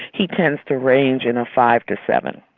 he tends to range in a five to seven.